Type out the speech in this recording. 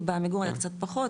כי בעמיגור היה קצת פחות,